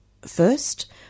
first